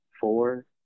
four